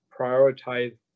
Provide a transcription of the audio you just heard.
prioritize